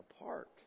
apart